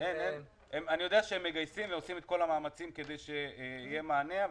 אני יודע שהם מגייסים אנשים ועושים את כל המאמצים כדי שיהיה מענה.